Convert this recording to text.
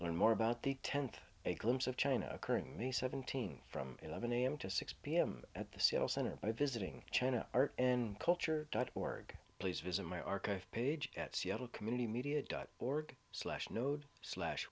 learn more about the tenth a glimpse of china occurring me seventeen from eleven am to six pm at the seattle center by visiting china art and culture dot org please visit my archive page at seattle community media dot org slash node slash